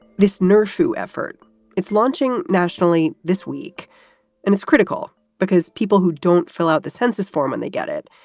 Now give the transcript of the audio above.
this nerf fu effort it's launching nationally this week and it's critical because people who don't fill out the census form and they get it,